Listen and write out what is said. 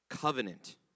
covenant